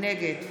נגד